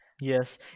Yes